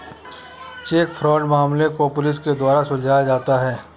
check fraud मामलों को police के द्वारा सुलझाया जाता है